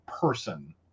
person